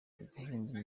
agahinda